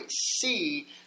see